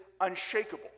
unshakable